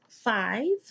Five